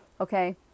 Okay